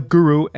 Guru